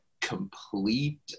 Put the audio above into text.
complete